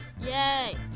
Yay